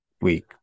week